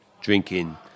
drinking